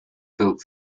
built